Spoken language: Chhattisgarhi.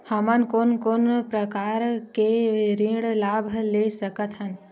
हमन कोन कोन प्रकार के ऋण लाभ ले सकत हन?